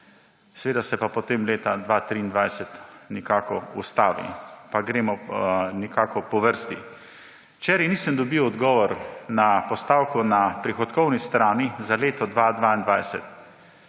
Seveda se pa potem leta 2023 nekako ustavi. Pa gremo nekako po vrsti. Včeraj nisem dobil odgovora na postavko na prihodkovni strani za leto 2022,